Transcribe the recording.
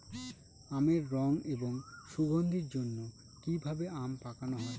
আমের রং এবং সুগন্ধির জন্য কি ভাবে আম পাকানো হয়?